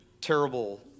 terrible